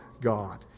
God